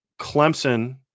clemson